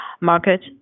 market